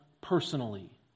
personally